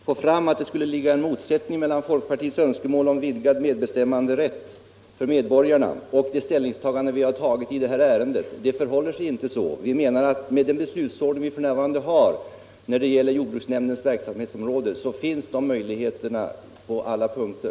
Herr talman! Fru Lundblad försöker konstruera en motsättning mellan folkpartiets önskemål om vidgad medbestämmanderätt för medborgarna och det ställningstagande vi har gjort i det här ärendet. Men det förhåller sig inte så. Vi menar att. med den beslutsordning vi f. n. har när det gäller jordbruksnämndens verksamhetsområde, finns det möjligheter att bevaka allmänintresset.